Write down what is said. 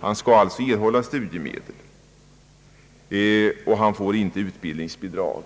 Han skall alltså erhålia studiemedel och får inte utbildningsbidrag.